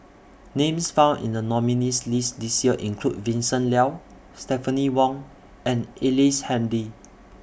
Names found in The nominees' list This Year include Vincent Leow Stephanie Wong and Ellice Handy